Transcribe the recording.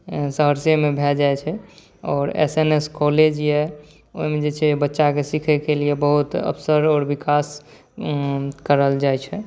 सहरसेमे भए जाइत छै आओर एस एम एस कॉलेज यए ओहिमे जे छै बच्चाके सीखयके लिए बहुत अवसर आओर विकास कयल जाइत छै